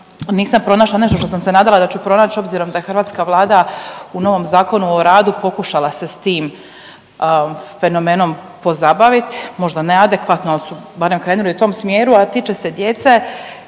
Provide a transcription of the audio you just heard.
nisam pronašla nešto što sam se nadala da ću pronaći obzirom da je hrvatska Vlada u novom Zakonu o radu pokušala se s tim fenomenom pozabaviti, možda ne adekvatno, ali su barem krenuli u tom smjeru a tiče se djece